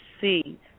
see